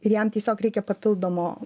ir jam tiesiog reikia papildomo